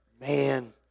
Man